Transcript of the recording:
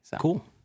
Cool